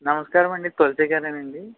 నమస్కారం అండి తులసిగారేనా అండి